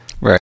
Right